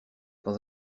dans